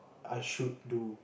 I should do